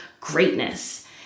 greatness